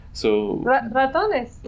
ratones